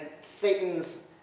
Satan's